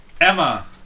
Emma